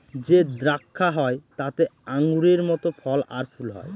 যে দ্রাক্ষা হয় তাতে আঙুরের মত ফল আর ফুল হয়